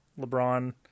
LeBron